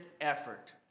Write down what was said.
effort